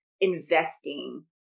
investing